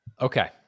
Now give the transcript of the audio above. Okay